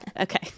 Okay